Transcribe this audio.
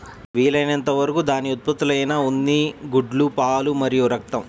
వీలైనంత వరకు దాని ఉత్పత్తులైన ఉన్ని, గుడ్లు, పాలు మరియు రక్తం